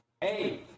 Hey